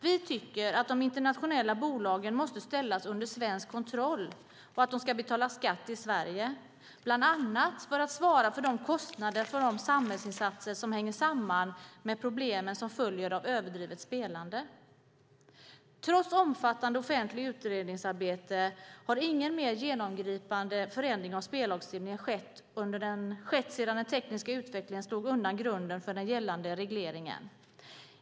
Vi tycker att de internationella bolagen måste ställas under svensk kontroll och att de ska betala skatt i Sverige, bland annat för att svara för kostnaderna för de samhällsinsatser som hänger samman med problem som följer av överdrivet spelande. Trots omfattande offentligt utredningsarbete har ingen mer genomgripande förändring av spellagstiftningen skett sedan den tekniska utvecklingen slog undan grunden för den gällande regleringen.